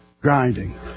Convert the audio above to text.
Grinding